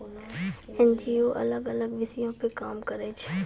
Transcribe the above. NGO अलग अलग विषयो पे काम करै छै